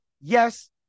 yes